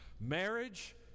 Marriage